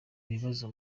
bibazo